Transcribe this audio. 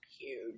huge